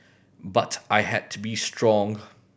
but I had to be strong